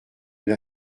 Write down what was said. une